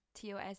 TOS